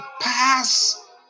pass